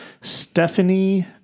Stephanie